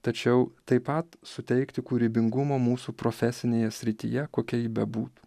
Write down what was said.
tačiau taip pat suteikti kūrybingumo mūsų profesinėje srityje kokia ji bebūtų